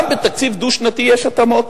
גם בתקציב דו-שנתי יש התאמות